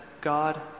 God